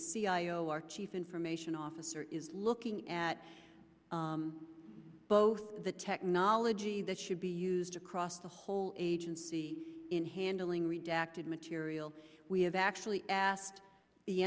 i our chief information officer is looking at both the technology that should be used across the whole agency in handling redacted material we have actually asked the